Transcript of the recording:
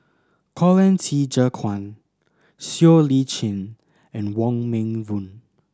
Colin Qi Zhe Quan Siow Lee Chin and Wong Meng Voon